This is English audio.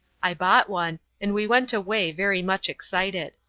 i bought one, and we went away very much excited.